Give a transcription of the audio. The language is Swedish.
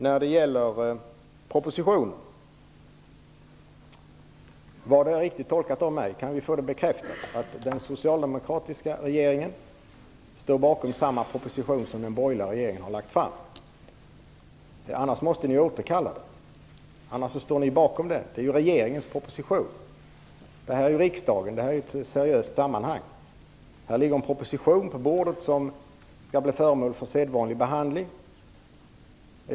Vad gäller propositionen skulle jag vilja få bekräftat att jag gjort en rätt tolkning, nämligen att den socialdemokratiska regeringen står bakom den proposition som den borgerliga regeringen lagt fram - annars måste den ju återkallas. Om regeringen inte återkallar den står regeringen bakom den; det är ju regeringens proposition. Detta är riksdagen, så sammanhanget är seriöst. På riksdagens bord ligger en proposition som skall bli föremål för en sedvanlig behandling.